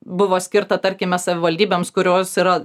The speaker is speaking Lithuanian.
buvo skirta tarkime savivaldybėms kurios yra